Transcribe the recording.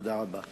תודה רבה.